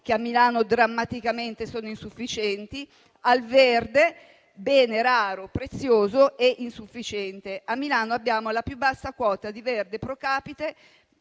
che a Milano sono drammaticamente insufficienti, al verde, bene raro, prezioso e insufficiente. A Milano abbiamo, infatti, la più bassa quota di verde *pro capite*,